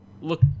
look